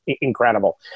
incredible